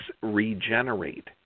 regenerate